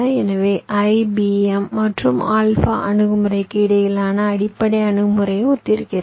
எனவே IBM மற்றும் alpha அணுகுமுறைக்கு இடையிலான அடிப்படை அணுகுமுறையை ஒத்திருக்கிறது